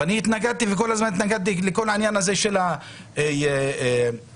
אני כל הזמן התנגדתי לעניין הזה של מה שנקרא